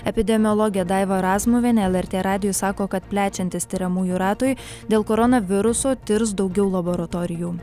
epidemiologė daiva razmuvienė lrt radijui sako kad plečiantis tiriamųjų ratui dėl koronaviruso tirs daugiau laboratorijų